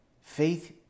Faith